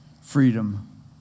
freedom